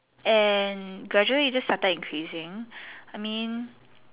and gradually it just started increasing I mean